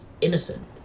innocent